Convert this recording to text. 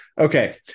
Okay